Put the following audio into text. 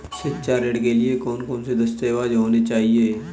शिक्षा ऋण के लिए कौन कौन से दस्तावेज होने चाहिए?